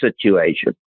situation